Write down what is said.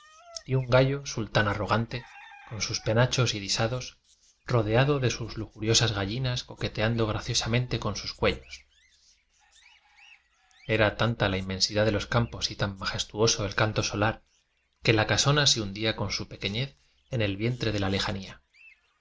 y un gallo sultán arrogante con sus pena chos irisados rodeado de sus lujuriosas gallinas coqueteando graciosamente con sus cuellos era tanta la inmensidad de los campos y tan majestuoso e canto solar que la caso na se hundía con su pequenez en el vientre de la lejanía